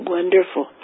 Wonderful